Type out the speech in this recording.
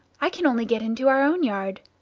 i can only get into our own yard.